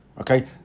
okay